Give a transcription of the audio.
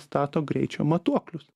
stato greičio matuoklius